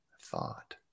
thought